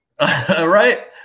Right